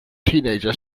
teenager